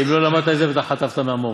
אם לא למדת את זה, בטח חטפת מהמורה.